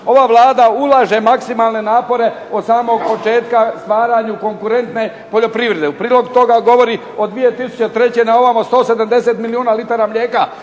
ova Vlada ulaže maksimalne napore od samog početka stvaranju konkurentne poljoprivrede. U prilog toga govori od 2003. na ovamo 170 milijuna litara mlijeka,